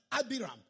Abiram